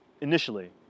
initially